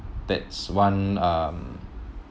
that's one um